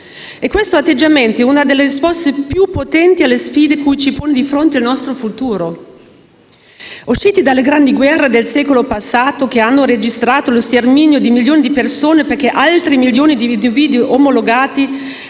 Questo atteggiamento è una delle risposte più potenti alle sfide cui ci pone di fronte il nostro futuro.